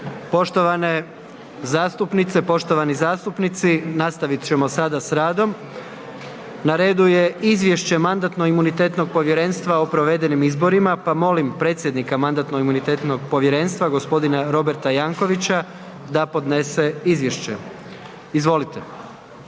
Poštovane zastupnice, poštovani zastupnici nastavit ćemo sada s radom. Na redu je izvješće Mandatno-imunitetnog povjerenstva o provedenim izborima pa molim predsjednika Mandatno-imunitetnog povjerenstva gospodina Roberta Jankovics da podnese izvješće.